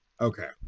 Okay